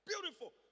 Beautiful